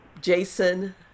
Jason